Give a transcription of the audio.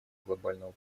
глобального